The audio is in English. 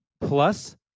plus